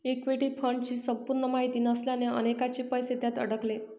equity फंडची संपूर्ण माहिती नसल्याने अनेकांचे पैसे त्यात अडकले